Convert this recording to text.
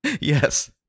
yes